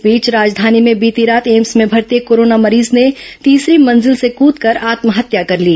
इस बीच राजघानी में बीती रात एम्स में भर्ती एक कोरोना मरीज ने तीसरी मंजिल से कूद कर आत्महत्या कर ली